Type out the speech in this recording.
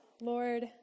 Lord